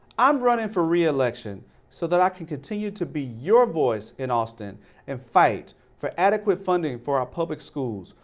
i'm running for re-election so that i can continue to be your voice in austin and fight for adequate funding for our public schools,